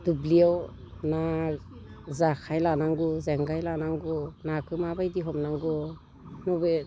दुब्लियाव ना जेखाइ लानांगौ जेंगाय लानांगौ नाखौ माबायदि हमनांगौ बबे